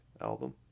album